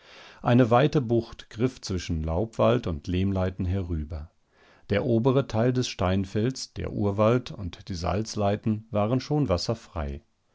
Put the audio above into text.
eine weite bucht griff zwischen laubwald und lehmleiten herüber der obere teil des steinfelds der urwald und die salzleiten waren schon wasserfrei